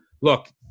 Look